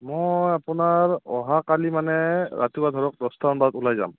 মই আপোনাৰ অহা কালি মানে ৰাতিপুৱা ধৰক দহটা মান বজাত ওলাই যাম